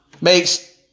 makes